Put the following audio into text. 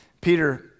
Peter